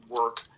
work